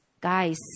Guys